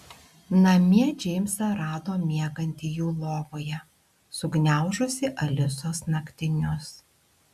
namie džeimsą rado miegantį jų lovoje sugniaužusį alisos naktinius